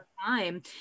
time